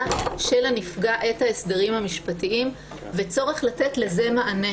של הנפגע את ההסדרים המשפטיים וצורך לתת לזה מענה.